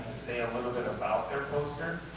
say a little bit about their poster,